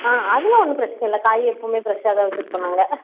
ஆ அதலாம் ஒன்றும் பிரச்சின இல்லை காய் எப்பவுமே ஃப்ரெஷ்ஷாக தான் வச்சுருப்போம் நாங்கள்